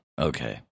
Okay